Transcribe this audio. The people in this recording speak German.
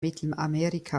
mittelamerika